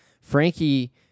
Frankie